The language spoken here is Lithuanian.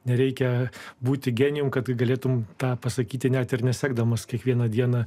nereikia būti genijumi kad galėtumei tą pasakyti net ir nesekdamas kiekvieną dieną